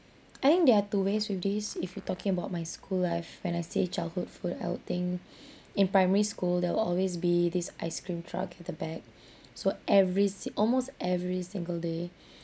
I think there are two ways with this if you're talking about my school life when I say childhood food I would think in primary school there'll always be this ice cream truck at the back so every si~ almost every single day